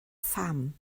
pham